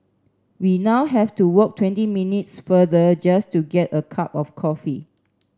we now have to walk twenty minutes farther just to get a cup of coffee